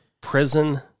prison